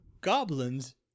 Goblins